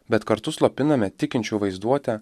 bet kartu slopiname tikinčių vaizduotę